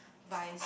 vice